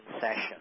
session